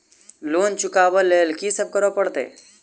Loan चुका ब लैल की सब करऽ पड़तै?